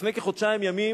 לפני כחודשיים ימים